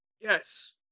Yes